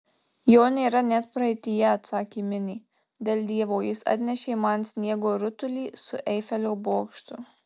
jo nėra net praeityje atsakė minė dėl dievo jis atnešė man sniego rutulį su eifelio bokštu